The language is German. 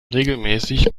regelmäßig